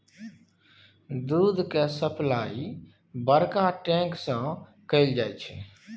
दूध केर सप्लाई बड़का टैंक सँ कएल जाई छै